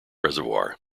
reservoir